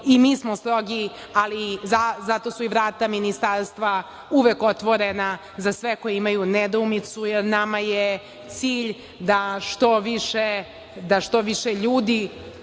i mi smo strogi, ali zato su i vrata Ministarstva uvek otvorena za sve koji imaju nedoumicu, jer nama je cilj da što više ljudi